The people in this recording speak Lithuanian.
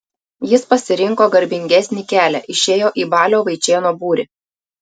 jis pasirinko garbingesnį kelią išėjo į balio vaičėno būrį